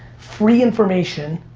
free information,